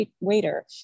waiter